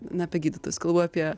ne apie gydytojus kalbu apie